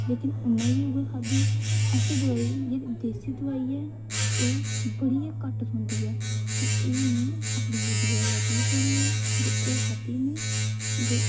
जेह्की में बी उ'ऐ खाद्धी देसी दोआई ऐ ते बड़ी गै घट्ट थ्होंदी ऐ ते एह् में अपनी बूजी कोला लैती ही ते ओह् खाद्धी ही में